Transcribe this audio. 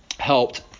helped